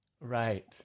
Right